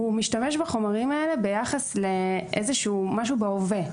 הוא משתמש בחומרים האלה ביחס למשהו בהווה.